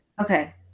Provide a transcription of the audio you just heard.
Okay